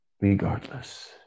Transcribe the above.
regardless